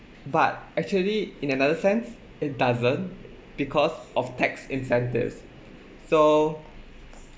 but actually in another sense it doesn't because of tax incentives so